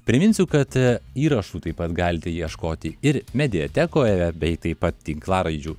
priminsiu kad įrašų taip pat galite ieškoti ir mediatekoje bei taip pat tinklaraidžių